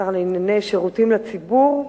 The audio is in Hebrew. השר לענייני שירותים לציבור,